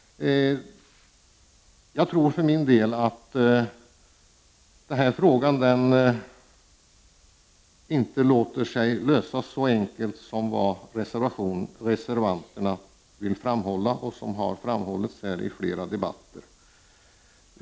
Jag tror för min del att denna fråga inte låter sig lösas så enkelt som reservanterna framhåller och som tidigare har framhållits här i flera debatter.